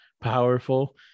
powerful